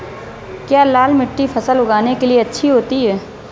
क्या लाल मिट्टी फसल उगाने के लिए अच्छी होती है?